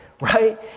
right